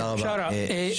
תודה רבה.